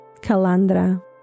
Calandra